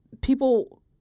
people